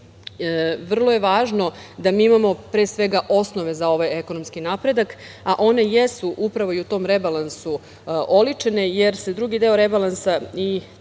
vrlo je važno da mi imamo pre svega osnove za ovaj ekonomski napredak, a one jesu upravo i u tom rebalansu oličene, jer se drugi deo rebalansa i